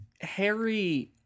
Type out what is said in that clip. Harry